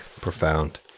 profound